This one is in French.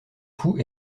fou